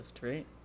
right